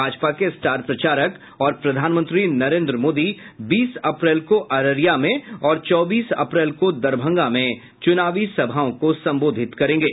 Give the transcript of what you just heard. भाजपा के स्टार प्रचारक और प्रधानमंत्री नरेंद्र मोदी बीस अप्रैल को अररिया में और चौबीस अप्रैल को दरभंगा में चुनावी सभाओं को संबोधित करेंगे